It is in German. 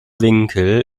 winkel